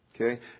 Okay